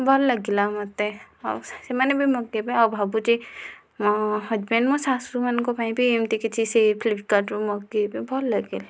ଭଲ ଲାଗିଲା ମୋତେ ଆଉ ସେମାନେ ବି ମୁଁ କେବେ ଆଉ ଭାବୁଛି ମୋ' ହଜବେଣ୍ଡ ମୋ' ଶାଶୁମାଙ୍କ ପାଇଁ ବି ଏମିତି କିଛି ସେଇ ଫ୍ଲିପିକାର୍ଟରୁ ମଗାଇବି ଭଲ ଲାଗିଲା